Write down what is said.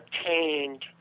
obtained